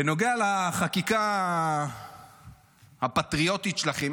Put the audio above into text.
בנוגע לחקיקה הפטריוטית שלכם,